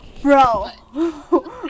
Bro